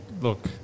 Look